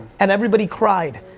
and everybody cried,